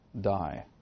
die